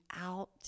out